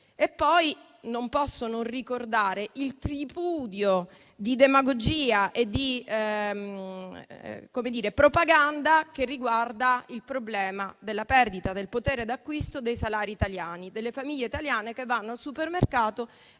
posso inoltre non ricordare il tripudio di demagogia e di propaganda che riguarda il problema della perdita del potere d'acquisto dei salari italiani e delle famiglie italiane che vanno al supermercato